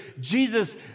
Jesus